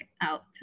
out